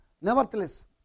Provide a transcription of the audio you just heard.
Nevertheless